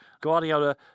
Guardiola